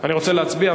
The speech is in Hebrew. אני רוצה להצביע,